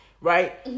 right